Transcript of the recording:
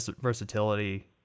versatility